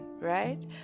right